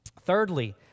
Thirdly